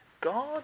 God